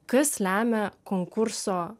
kas lemia konkurso